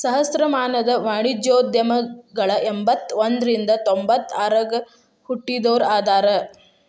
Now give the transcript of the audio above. ಸಹಸ್ರಮಾನದ ವಾಣಿಜ್ಯೋದ್ಯಮಿಗಳ ಎಂಬತ್ತ ಒಂದ್ರಿಂದ ತೊಂಬತ್ತ ಆರಗ ಹುಟ್ಟಿದೋರ ಅದಾರ